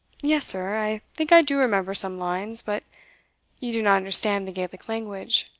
yes, sir i think i do remember some lines but you do not understand the gaelic language.